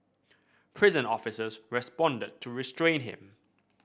prison officers responded to restrain him